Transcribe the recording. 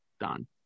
done